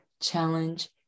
Challenge